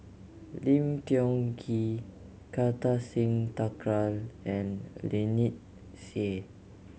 Lim Tiong Ghee Kartar Singh Thakral and Lynnette Seah